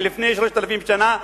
מלפני 3,000 שנה,